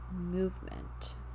movement